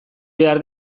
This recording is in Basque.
behar